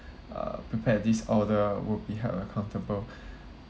uh prepared this order will be held accountable